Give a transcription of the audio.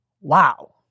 Wow